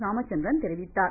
ராமச்சந்திரன் தெரிவித்துள்ளார்